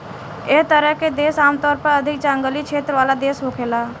एह तरह के देश आमतौर पर अधिक जंगली क्षेत्र वाला देश होखेला